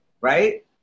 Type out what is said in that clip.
right